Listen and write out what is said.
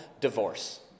divorce